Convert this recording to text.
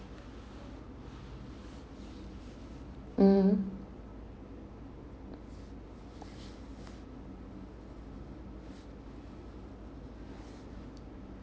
mm